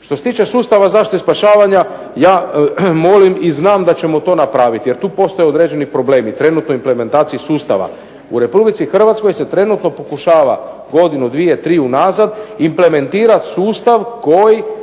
Što se tiče sustava zaštite spašavanja ja molim i znam da ćemo to napraviti jer tu postoje određeni problemi, trenutno implementacije sustava. U RH se trenutno pokušava godinu, dvije, tri unazad implementirati sustav koji